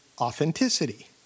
authenticity